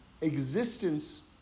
existence